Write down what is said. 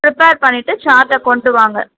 prepare பண்ணிவிட்டு சார்ட்டை கொண்டு வாங்க